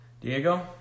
Diego